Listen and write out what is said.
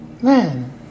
man